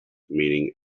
meaning